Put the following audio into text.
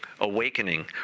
Awakening